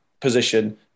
position